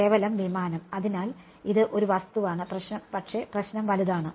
കേവലം വിമാനം അതിനാൽ ഇത് ഒരു വസ്തുവാണ് പക്ഷേ പ്രശ്നം വലുതാണ്